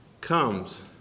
comes